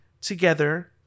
together